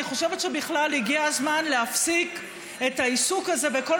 אני חושבת שבכלל הגיע הזמן להפסיק את העיסוק הזה בכל